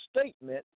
statement